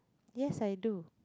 yes I do